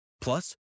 Plus